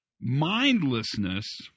Mindlessness